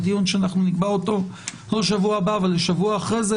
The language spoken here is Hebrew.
בדיון שאנחנו נקבע אותו לא בשבוע הבא אבל לשבוע אחרי זה,